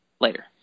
later